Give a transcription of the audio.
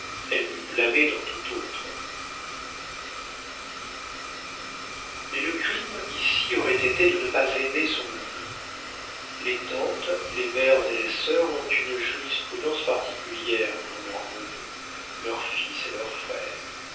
l'eût blâmé dans toute autre mais le crime ici aurait été de ne pas aimer son neveu les tantes les mères et les sœurs ont une jurisprudence particulière pour leurs neveux leurs fils et leurs frères